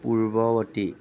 পূৰ্ৱবৰ্তী